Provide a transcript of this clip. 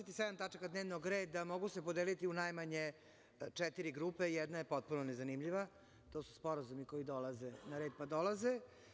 Dvadeset i sedam tačaka dnevnog reda mogu se podeliti u najmanje četiri grupe, jedna je potpuno nezanimljiva, to su sporazumi koji dolaze na red, pa dolaze.